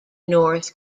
north